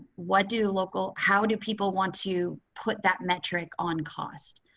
what do local. how do people want to put that metric on cost.